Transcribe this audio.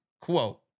quote